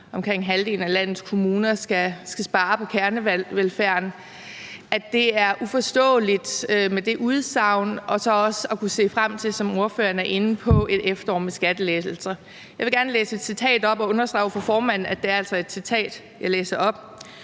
omkring halvdelen af landets kommuner skal spare på kernevelfærden – og hvor man så også, som ordføreren var inde på, kan se frem til et efterår med skattelettelser. Jeg vil gerne læse et citat op og understrege over for formanden, at der altså er et citat, jeg læser op.